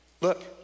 Look